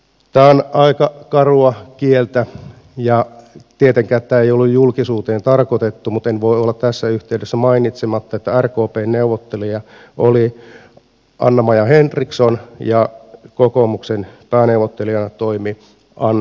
tämä on aika karua kieltä ja tietenkään tämä ei ollut julkisuuteen tarkoitettu mutta en voi olla tässä yhteydessä mainitsematta että rkpn neuvottelija oli anna maja henriksson ja kokoomuksen pääneuvottelijana toimi anne holmlund